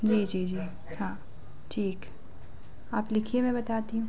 जी जी जी हाँ ठीक है आप लिखिए मैं बताती हूँ